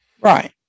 right